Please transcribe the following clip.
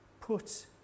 Put